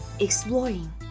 exploring